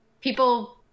people